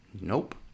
Nope